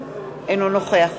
אינו נוכח